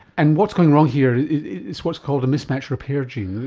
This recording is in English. and what's going wrong here, it's what's called a mismatch repair gene,